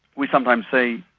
we sometimes say,